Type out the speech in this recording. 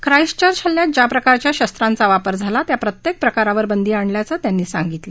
Christchurch हल्ल्यात ज्या प्रकारच्या शस्त्रांचा वापर झाला त्या प्रत्येक प्रकारावर बंदी आणल्याचं त्यांनी सांगितलं